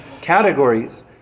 categories